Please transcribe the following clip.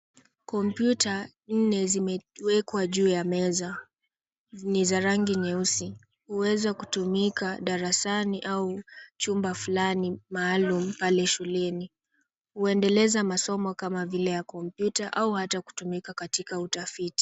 Kompyuta nne zimewekwa juu ya meza. Ni za rangi nyeusi. Huweza kutumika darasani au chumba fulani maalum pale shuleni. Huendeleza masomo kama vile ya kopmyuta au hata kutumika katika utafiti.